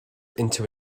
into